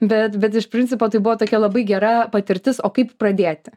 bet bet iš principo tai buvo tokia labai gera patirtis o kaip pradėti